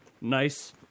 nice